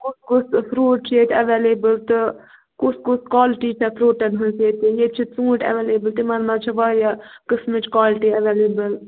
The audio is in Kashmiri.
کُس کُس فرٛوٗٹ چھُ ییٚتہِ ایٚویلیبُل تہٕ کُس کُس کالٹی چھےٚ فرٛوٗٹَن ہٕنٛز ییٚتہِ ییٚتہِ چھِ ژوٗنٛٹھۍ ایٚویلیبُل تِمَن منٛز چھِ واریاہ قٕسٕمچ کالٹی ایٚویلیبُل